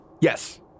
Yes